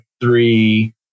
three